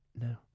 no